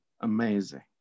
amazing